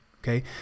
Okay